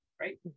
right